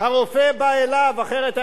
אחרת הוא היה צריך ללכת ברגל.